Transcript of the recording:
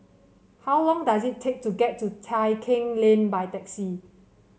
how long does it take to get to Tai Keng Lane by taxi